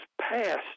passed